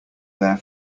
there